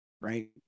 right